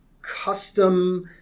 custom